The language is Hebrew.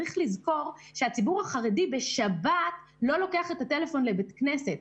צריך לזכור שבשבת הם לא לוקחים את הטלפון לבית הכנסת,